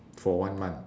for one month